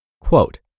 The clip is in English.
Quote